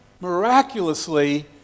miraculously